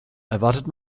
erwartet